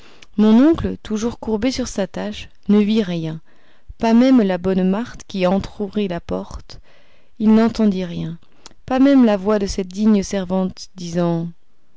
mon oncle toujours courbé sur sa tâche ne vit rien pas même la bonne marthe qui entr'ouvrit la porte il n'entendit rien pas même la voix de cette digne servante disant